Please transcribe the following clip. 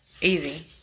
easy